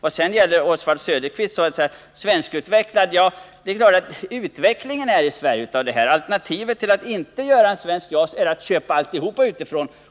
Till Oswald Söderqvist vill jag säga att alternativet till att inte göra en svensk JAS är att köpa alltihop utifrån.